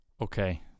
Okay